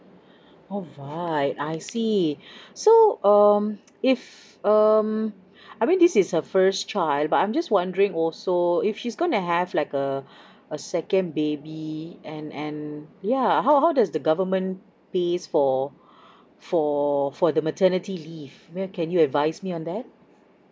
alright I see so um if um I mean this is her first child but I'm just wondering also if she's going to have like a a second baby and and yeah how how does the government pays for for for the maternity leave may can you advise me on that